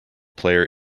player